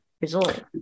result